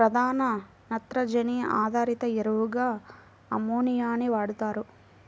ప్రధాన నత్రజని ఆధారిత ఎరువుగా అమ్మోనియాని వాడుతారు